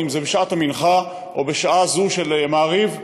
אם בשעת המנחה או בשעה זו של מעריב,